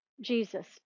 Jesus